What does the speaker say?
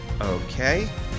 Okay